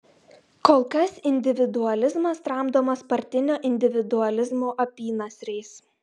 kol kas individualizmas tramdomas partinio individualizmo apynasriais